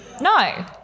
No